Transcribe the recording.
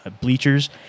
bleachers